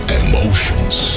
emotions